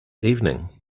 evening